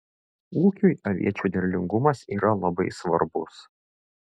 ūkiui aviečių derlingumas yra labai svarbus